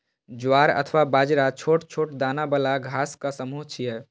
ज्वार अथवा बाजरा छोट छोट दाना बला घासक समूह छियै